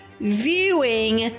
viewing